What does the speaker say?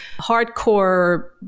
hardcore